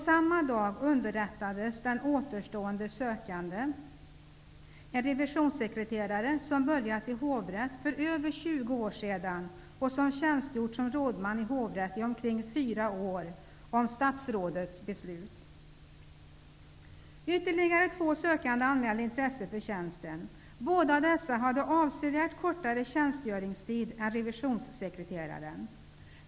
Samma dag underrättades den återstående sökande, en revisionssekreterare som börjat i hovrätt för över 20 år sedan och som tjänstgjort som rådman i hovrätt i omkring fyra år, om statsrådets beslut. Ytterligare två sökande anmälde intresse för tjänsten. Båda dessa hade avsevärt kortare tjänstgöringstid än revisionssekreteraren.